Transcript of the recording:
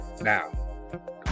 Now